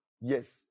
Yes